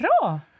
bra